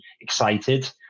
excited